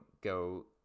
go